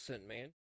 man